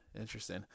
Interesting